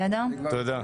תודה.